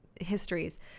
histories